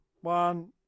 One